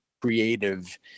creative